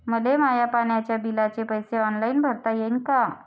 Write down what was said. मले माया पाण्याच्या बिलाचे पैसे ऑनलाईन भरता येईन का?